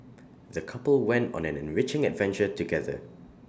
the couple went on an enriching adventure together